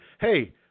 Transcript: hey